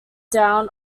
down